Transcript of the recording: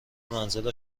منزل